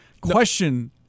question